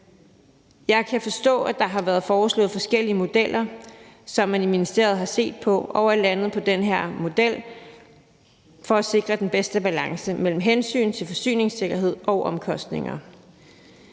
Jeg kan forstå, at der har været foreslået forskellige modeller, som man i ministeriet har set på, og man er landet på den her model for at sikre den bedste balance mellem hensyn til forsyningssikkerhed og omkostninger.